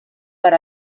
per